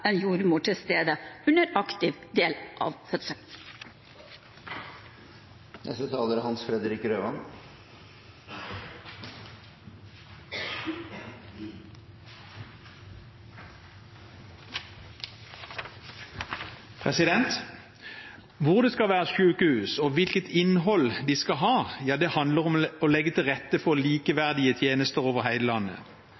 en jordmor til stede under aktiv del av fødsel. Hvor det skal være sykehus, og hvilket innhold de skal ha, handler om å legge til rette for